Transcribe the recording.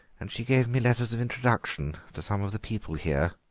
and she gave me letters of introduction to some of the people here.